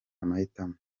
amahitamo